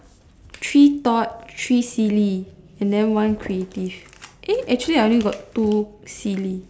three thought three silly and then one creative eh actually I only got two silly